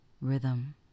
rhythm